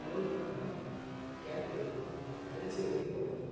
hello அண்ணா cab வருமா நான் திருச்சி வரைக்கும் போகணும்